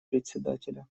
председателя